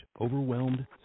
overwhelmed